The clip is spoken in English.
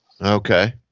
Okay